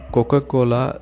Coca-Cola